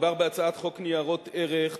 מדובר בהצעת חוק ניירות ערך (תיקון,